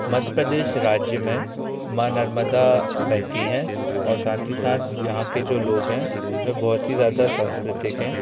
मध्य प्रदेश राज्य में माँ नर्मदा बहती हैं और साथ ही साथ यहाँ के जो लोग हैं वे बहुत ही ज़्यादा सांस्कृतिक हैं